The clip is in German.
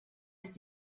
ist